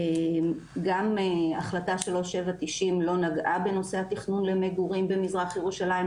גם החלטה 3790 לא נגעה בנושא התכנון למגורים במזרח ירושלים,